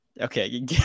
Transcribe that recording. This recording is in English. Okay